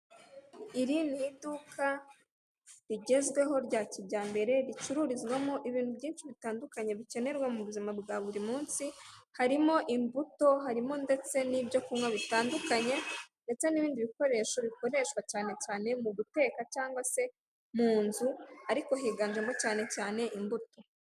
Iri ni iduka rigezweho rya kijyambere ricururizwamo ibintu byinshi bitandukanye bikenerwa mu buzima bwa buri munsi, harimo imbuto, harimo ndetse n'ibyokunywa bitandukanye, ndetse n'ibindi bikoresho bikoreshwa cyane cyane mu guteka cyangwa se mu nzu ariko higanjemo cyane cyane imbuto.